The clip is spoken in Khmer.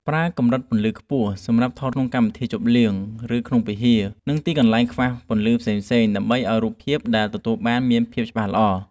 ប្រើកម្រិតពន្លឺខ្ពស់សម្រាប់ថតក្នុងកម្មវិធីជប់លៀង ឬក្នុងវិហារ និង ទីកន្លែងខ្វះពន្លឺផ្សេងៗដើម្បីឱ្យរូបភាពដែលទទួលបានមានភាពច្បាស់ល្អ។